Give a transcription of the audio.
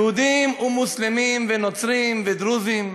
יהודים ומוסלמים, נוצרים ודרוזים.